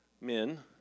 men